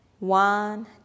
One